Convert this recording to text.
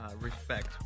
Respect